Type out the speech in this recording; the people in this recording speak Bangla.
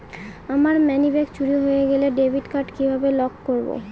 আমার মানিব্যাগ চুরি হয়ে গেলে ডেবিট কার্ড কিভাবে লক করব?